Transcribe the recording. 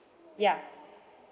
ya